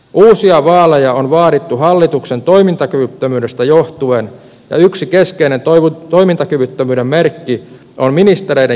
uusia vaaleja on vaadittu hallituksen toimintakyvyttömyydestä johtuen ja yksi keskeinen toimintakyvyttömyyden merkki on ministereiden joukkopako vastuusta